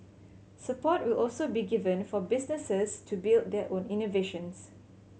support will also be given for businesses to build their own innovations